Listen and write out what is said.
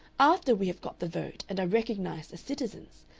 after we have got the vote and are recognized as citizens,